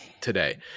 today